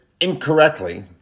incorrectly